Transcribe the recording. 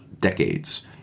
decades